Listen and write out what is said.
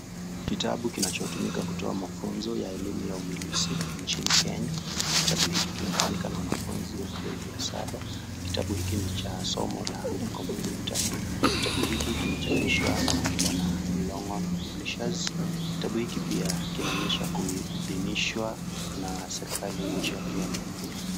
Kitabu kinachotumika kutoa mafunzo ya elimu ya umilizi nchini Kenya. Kitabu hiki kinatumika na wanafunzi wa Gredi ya Saba. Kitabu hiki ni cha somo la Kompyuta. Kitabu hiki kimechapishwa na Longhorn Publishers. Kitabu hiki pia kinaonyesha kuidhinishwa na serikali ya nchi ya Kenya.